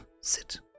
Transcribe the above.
sit